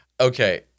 Okay